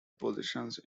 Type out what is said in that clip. positions